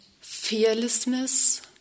fearlessness